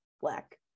black